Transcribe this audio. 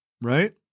right